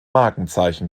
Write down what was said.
markenzeichen